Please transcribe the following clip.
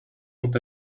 sont